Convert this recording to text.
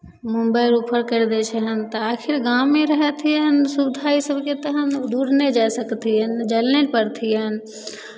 Mumbai refer करि दै छहनि तऽ आखिर गाँवमे रहथिहनि सुविधा ई सभके तहन दूर नहि जाय सकथिहनि जाय लेल ले नहि पड़थिहैन